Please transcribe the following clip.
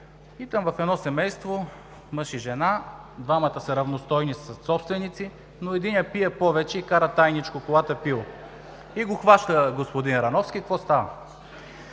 Питам: в едно семейство – мъж и жена, двамата са равностойни съсобственици, но единият пие повече и кара тайничко колата пил. Хваща го господин Рановски и какво става?